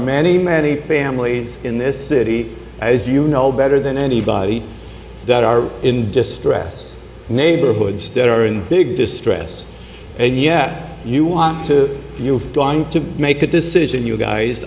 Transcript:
many many families in this city as you know better than anybody that are in distress neighborhoods that are in big distress and yet you want to you to make a decision you guys